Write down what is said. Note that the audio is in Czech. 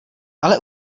ale